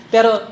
Pero